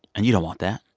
and you don't want that.